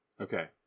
Okay